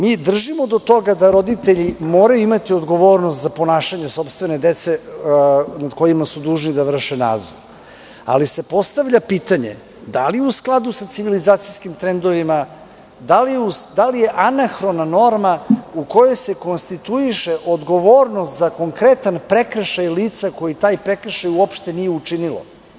Mi držimo do toga da roditelji moraju imati odgovornost za ponašanje sopstvene dece, nad kojima su dužni da vrše nadzor, ali se postavlja pitanje, da li u skladu sa civilizacijskim trendovima, da li je anahrona norma u koju se konstituiše odgovornost za konkretan prekršaj lica, koji taj prekršaj uopšte nije učinilo?